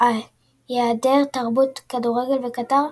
היעדר תרבות כדורגל בקטר,